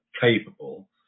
capable